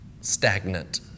stagnant